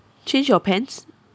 change your pants